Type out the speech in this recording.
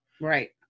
Right